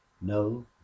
no